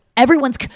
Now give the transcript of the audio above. Everyone's